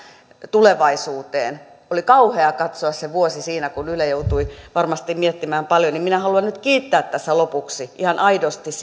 tulevaisuuteen oli kauheaa katsoa se vuosi siinä kun yle joutui varmasti miettimään paljon minä haluan nyt kiittää tässä lopuksi ihan aidosti